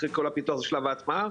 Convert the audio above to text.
אחרי כל הפיתוח זה שלב ההטמעה